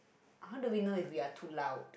how do we know if we are too loud